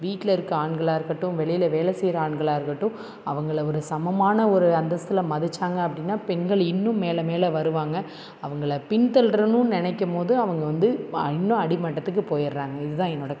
வீட்டில் இருக்க ஆண்களாக இருக்கட்டும் வெளியில் வேலை செய்கிற ஆண்களாக இருக்கட்டும் அவங்களை ஒரு சமமான ஒரு அந்தஸ்தில் மதித்தாங்க அப்படின்னா பெண்கள் இன்னும் மேலே மேலே வருவாங்க அவங்களை பின் தள்ளுறணுன்னு நினைக்கும்போது அவங்க வந்து இன்னும் அடிமட்டத்துக்கு போயிடுறாங்க இதுதான் என்னோட கருத்து